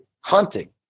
hunting